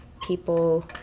people